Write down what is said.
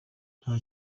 nta